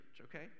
okay